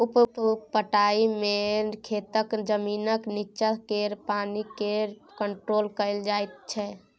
उप पटाइ मे खेतक जमीनक नीच्चाँ केर पानि केँ कंट्रोल कएल जाइत छै